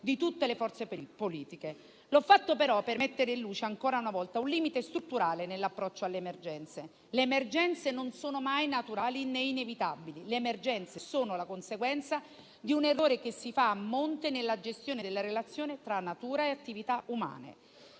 di tutte le forze politiche. L'ho fatto però per mettere in luce ancora una volta un limite strutturale nell'approccio alle emergenze. Le emergenze non sono mai naturali né inevitabili; le emergenze sono la conseguenza di un errore che si fa a monte nella gestione della relazione tra natura e attività umane.